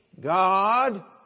God